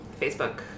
Facebook